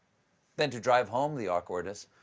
then, to drive home the awkwardness,